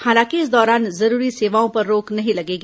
हालांकि इस दौरान जरूरी सेवाओं पर रोक नहीं लगेगी